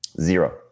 Zero